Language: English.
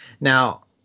now